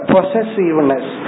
Possessiveness